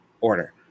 order